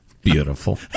Beautiful